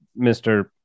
Mr